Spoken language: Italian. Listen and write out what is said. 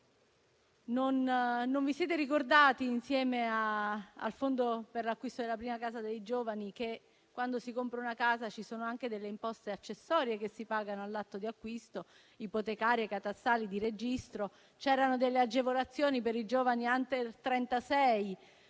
Non vi siete ricordati, insieme al fondo per l'acquisto della prima casa dei giovani, che quando si compra una casa ci sono anche delle imposte accessorie che si pagano all'atto di acquisto: ipotecarie, catastali e di registro. C'erano delle agevolazioni per i giovani *under* 36